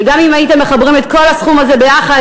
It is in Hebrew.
וגם אם הייתם מחברים את כל הסכום הזה ביחד